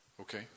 Okay